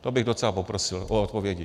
To bych docela poprosil o odpovědi.